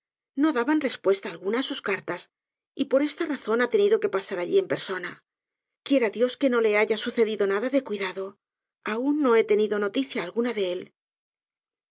no daban respuesta alguna á sus cartas y por esta razón ha tenido que pasar alli en persona quiera dios que no le haya sucedido nada de cuidado aun no he tenido noticia alguna de él